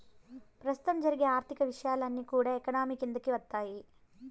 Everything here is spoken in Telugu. ప్రస్తుతం జరిగే ఆర్థిక విషయాలన్నీ కూడా ఎకానమీ కిందికి వత్తాయి